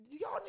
Y'all